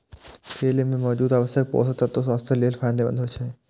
केला मे मौजूद आवश्यक पोषक तत्व स्वास्थ्य लेल फायदेमंद होइ छै